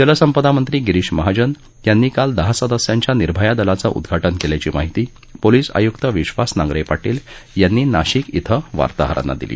जलसंपदामंत्री गिरीश महाजन यांनी काल दहा सदस्यांच्या निर्भय दलाचं उदघाटन केल्याची माहिती पोलिस आयुक्त विश्वास नांगरे पाटील यांनी नाशिक इथं वार्ताहरांना दिली